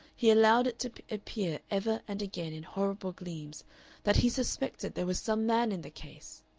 he allowed it to appear ever and again in horrible gleams that he suspected there was some man in the case.